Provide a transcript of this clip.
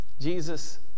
Jesus